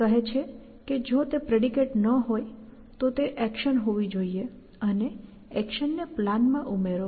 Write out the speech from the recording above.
તે કહે છે કે જો તે પ્રેડિકેટ ન હોય તો તે એક્શન હોવી જોઇએ અને એક્શન ને પ્લાન માં ઉમેરો